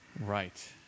Right